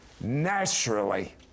naturally